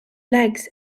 legs